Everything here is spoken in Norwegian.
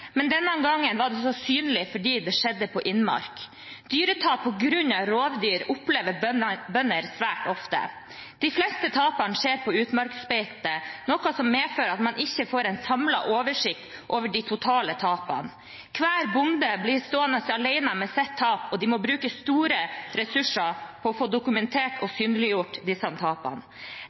men denne gangen var det så synlig fordi det skjedde på innmark. Dyretap på grunn av rovdyr opplever bønder svært ofte. De fleste tapene skjer på utmarksbeite, noe som medfører at man ikke får en samlet oversikt over de totale tapene. Hver bonde blir stående alene med sitt tap, og de må bruke store ressurser på å få dokumentert og synliggjort disse tapene.